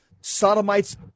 sodomites